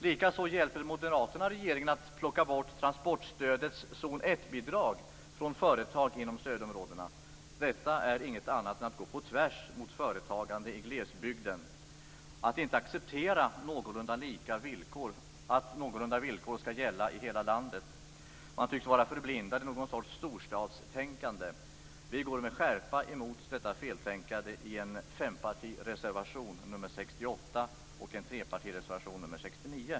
Likaså hjälper Moderaterna regeringen med att plocka bort transportstödets zon 1-bidrag från företag i stödområdena. Detta är ingenting annat än att gå på tvärs mot företagande i glesbygden, att inte acceptera att någorlunda lika villkor skall gälla i hela landet. Man tycks vara förblindad i en sorts storstadstänkande. Vi går med skärpa emot detta feltänkande. Det gör vi i fempartireservationen nr 68 och i trepartireservationen nr 69.